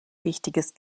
wichtiges